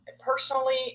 personally